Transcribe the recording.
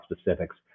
specifics